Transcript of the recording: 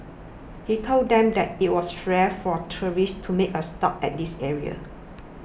he told them that it was rare for tourists to make a stop at this area